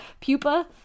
Pupa